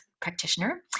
practitioner